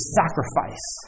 sacrifice